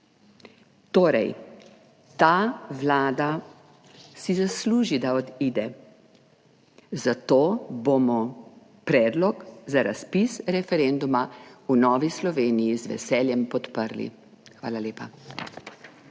Torej ta Vlada si zasluži, da odide, zato bomo predlog za razpis referenduma v Novi Sloveniji z veseljem podprli. Hvala lepa.